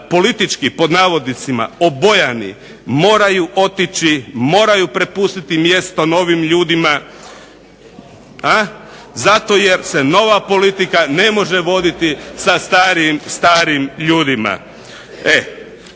politički pod navodnicima obojani moraju otići, moraju prepustiti mjesto novim ljudima zato jer se nova politika ne može voditi sa starim ljudima